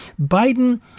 Biden